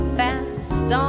fast